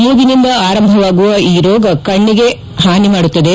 ಮೂಗಿನಿಂದ ಆರಂಭವಾಗುವ ಈ ರೋಗ ಕಣ್ಣಿಗೆ ಹಾನಿ ಮಾಡುತ್ತದೆ